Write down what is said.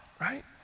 right